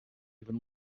steven